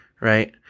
Right